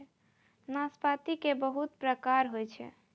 नाशपाती के बहुत प्रकार होय छै